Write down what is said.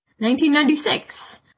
1996